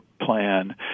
plan